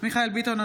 מיכאל מרדכי ביטון,